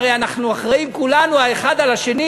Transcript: הרי אנחנו אחראים כולנו האחד לשני.